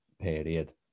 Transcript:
period